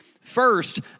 First